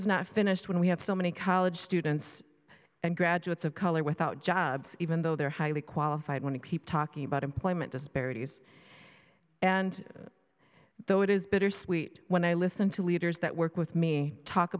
is not finished when we have so many college students and graduates of color without jobs even though they're highly qualified want to keep talking about employment disparities and though it is bittersweet when i listen to leaders that work with me talk